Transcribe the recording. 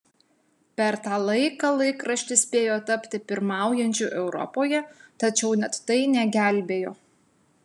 per tą laiką laikraštis spėjo tapti pirmaujančiu europoje tačiau net tai negelbėjo